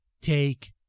take